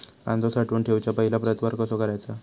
कांदो साठवून ठेवुच्या पहिला प्रतवार कसो करायचा?